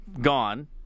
gone